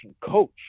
coach